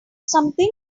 something